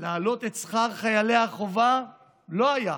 להעלות את שכר חיילי החובה לא היה.